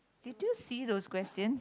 did you see those questions